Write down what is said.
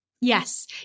Yes